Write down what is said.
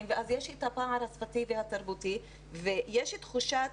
ויש את הפער השפתי והתרבותי ויש תחושת